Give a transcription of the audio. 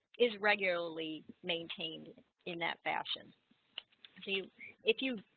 is regularly maintained in that fashion see if you